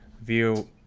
view